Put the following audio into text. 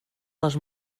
les